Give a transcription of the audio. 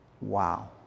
Wow